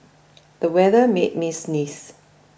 the weather made me sneeze